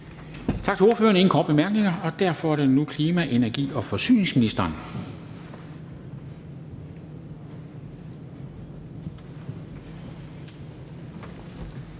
Tak til ordføreren. Der er ingen korte bemærkninger, og derfor er det nu klima-, energi- og forsyningsministeren.